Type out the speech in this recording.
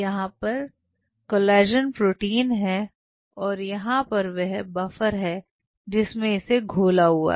यहां पर collagen protein है और यहां पर वह बफर है जिसमें इसे घोला हुआ है